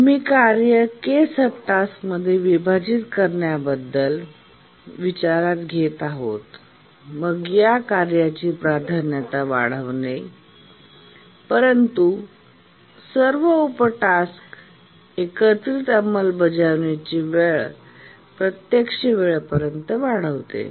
आम्ही कार्ये k सबटास्कमध्ये विभाजित करण्याबद्दल विचारात घेत आहोत आणि मग या कार्याची प्राधान्यता वाढते आणि परंतु सर्व उपटास्कच्या एकत्रित अंमलबजावणीची वेळ प्रत्यक्ष वेळेपर्यंत वाढवते